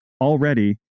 already